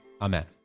Amen